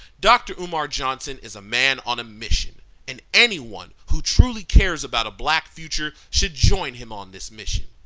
dr. umar johnson is a man on a mission. and anyone who truly cares about a black future should join him on this mission.